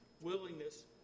willingness